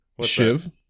Shiv